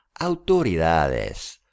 autoridades